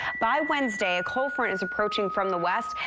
by wednesday, a cold front is approaching from the west.